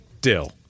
Dill